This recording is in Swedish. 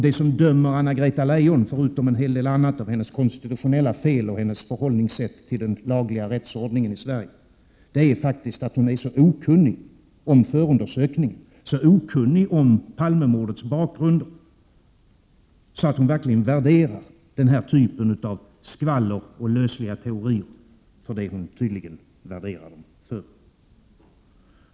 Det som dömer Anna-Greta Leijon, förutom en hel del andra konstitutionella fel och hennes förhållningssätt till den lagliga rättsordningen i Sverige, är att hon är så okunnig om förundersökningen, så okunnig om Palmemordets bakgrund, att hon värderar skvaller och lösliga teorier på det sätt som hon tydligen gör.